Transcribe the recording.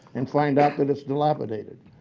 and find out that it's dilapidated.